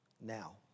now